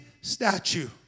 statue